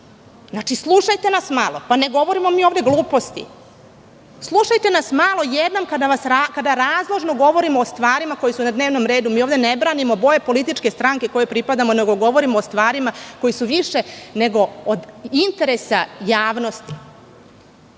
slušajte nas malo, pa ne govorimo mi ovde gluposti. Slušajte nas malo jednom kada razložno govorimo o stvarima koje su na dnevnom redu. Mi ovde ne branimo boje političke stranke kojoj pripadamo, nego govorimo o stvarima koje su više nego od interesa javnosti. Meni